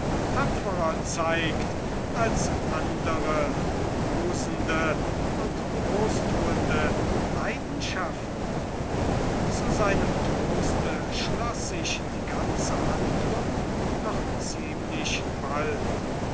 tapferer zeigt als andere brausende und großtuende leidenschaften zu seinem troste beschloß sich die ganze handlung noch ziemlich bald